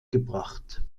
gebracht